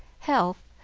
health,